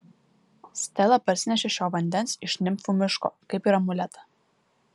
stela parsinešė šio vandens iš nimfų miško kaip ir amuletą